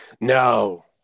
No